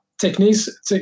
techniques